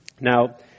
Now